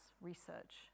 research